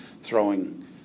throwing